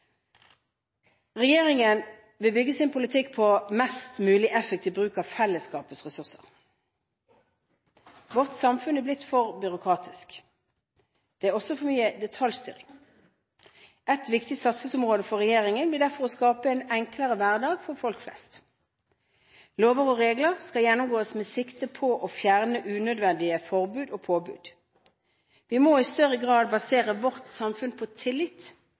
Regjeringen vil bygge sin politikk på en mest mulig effektiv bruk av fellesskapets ressurser. Vårt samfunn har blitt for byråkratisk. Det er også for mye detaljstyring. Et viktig satsingsområde for regjeringen blir derfor å skape en enklere hverdag for folk flest. Lover og regler skal gjennomgås med sikte på å fjerne unødvendige forbud og påbud. Vi må i større grad basere vårt samfunn på tillit